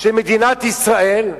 של מדינת ישראל,